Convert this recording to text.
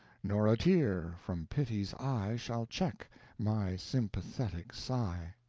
nor a tear from pity's eye shall check my sympathetic sigh.